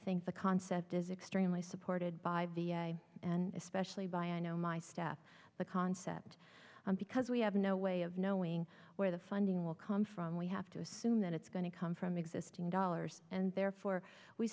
think the concept is extremely supported by the i and especially by i know my staff the concept because we have no way of knowing where the funding will come from we have to assume that it's going to come from existing dollars and therefore we